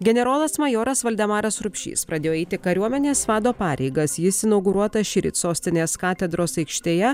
generolas majoras valdemaras rupšys pradėjo eiti kariuomenės vado pareigas jis inauguruotas šįryt sostinės katedros aikštėje